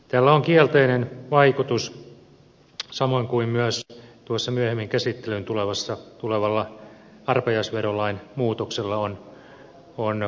tällä on kielteinen vaikutus samoin kuin myös tuossa myöhemmin käsittelyyn tulevalla arpajaisverolain muutoksella on ravitalouteen